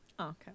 Okay